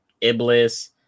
iblis